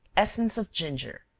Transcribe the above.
essence of ginger.